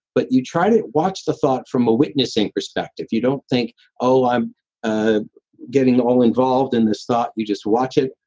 but you try to watch the thought from a witnessing perspective. you don't think oh, i'm ah getting all involved in this thought. you just watch it,